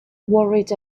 worried